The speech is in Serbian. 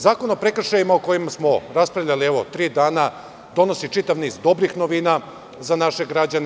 Zakon o prekršajima o kojim smo raspravljali tri dana donosi čitav niz dobrih novina za naše građane.